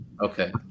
Okay